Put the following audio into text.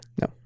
no